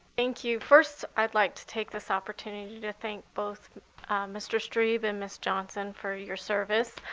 thank you. first i'd like to take this opportunity to thank both mr. strebe and ms johnson for your service.